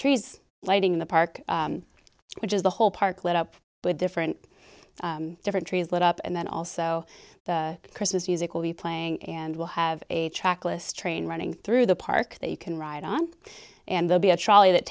trees lighting in the park which is the whole park lit up with different different trees lit up and then also christmas music will be playing and will have a trackless train running through the park that you can ride on and they'll be a trolley that